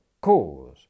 cause